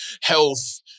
health